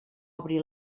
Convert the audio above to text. obri